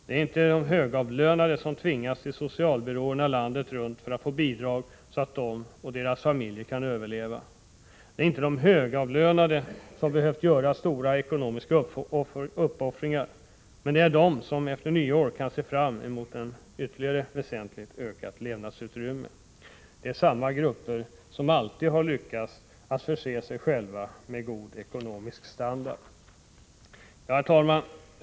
Det är inte de högavlönade som tvingas till socialbyråerna landet runt för att få bidrag, så att de och deras familjer kan överleva. Det är inte de högavlönade som behövt göra stora ekonomiska uppoffringar. De kan efter nyår se fram mot en ytterligare väsentlig höjning av levnadsstandarden. Det är samma grupper som alltid har lyckats att förse sig själva med god ekonomisk standard. Herr talman!